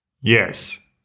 yes